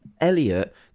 elliot